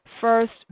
first